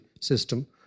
system